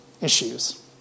issues